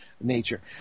nature